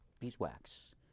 beeswax